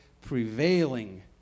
Prevailing